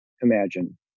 imagine